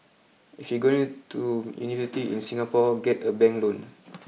if you're going to university in Singapore get a bank loan